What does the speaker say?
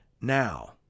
now